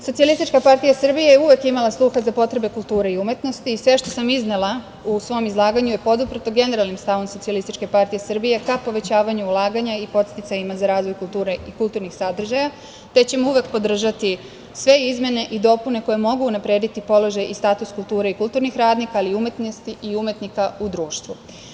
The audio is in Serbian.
Socijalistička partija Srbije je uvek imala sluha za potrebe kulture i umetnosti i sve što sam iznela u svom izlaganju je poduprto generalnim stavom SPS ka povećavanju ulaganja i podsticajima za razvoj kulture i kulturnih sadržaja, te ćemo uvek podržati sve izmene i dopune koje mogu unaprediti položaj i status kulture i kulturnih radnika, ali i umetnosti i umetnika u društvu.